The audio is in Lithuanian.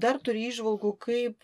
dar turi įžvalgų kaip